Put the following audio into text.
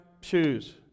shoes